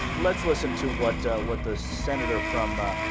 let's listen to what ah. what the senator from ah.